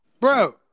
Bro